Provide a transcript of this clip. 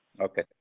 Okay